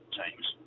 teams